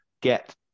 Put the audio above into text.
get